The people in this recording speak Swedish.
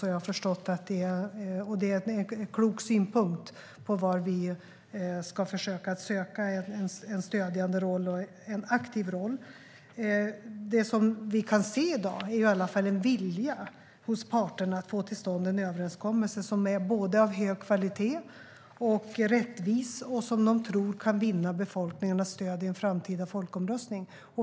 Det är en klok synpunkt på var vi ska försöka söka en stödjande och aktiv roll. Det vi kan se i dag är i alla fall en vilja hos parterna att få till stånd en överenskommelse som både är rättvis och av hög kvalitet och som de tror kan vinna befolkningarnas stöd i en framtida folkomröstning.